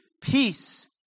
peace